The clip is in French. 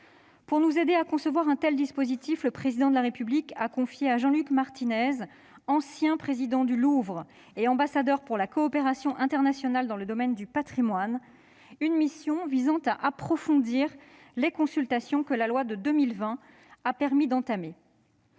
Pour nous aider à concevoir un tel dispositif, le Président de la République a confié à Jean-Luc Martinez, ancien président-directeur du Louvre et ambassadeur pour la coopération internationale dans le domaine du patrimoine, une mission visant à approfondir les consultations que la loi de 2020 a permis d'entamer.